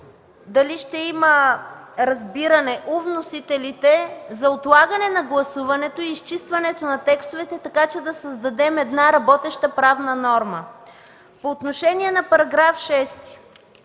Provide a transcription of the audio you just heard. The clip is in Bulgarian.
дали ще има разбиране у вносителите за отлагане на гласуването и изчистване на текстовете, така че да създадем работеща правна норма? По отношение на § 6.